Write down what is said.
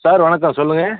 sir வணக்கம் சொல்லுங்க